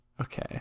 Okay